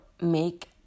make